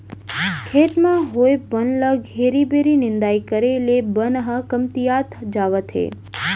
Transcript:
खेत म होए बन ल घेरी बेरी निंदाई करे ले बन ह कमतियात जावत हे